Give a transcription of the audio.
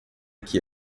que